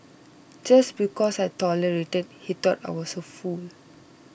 just because I tolerated he thought I was a fool